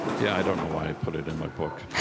yeah, i don't know why i put it in my book